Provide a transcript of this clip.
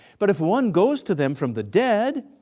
but if one goes to them from the dead,